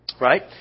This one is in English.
right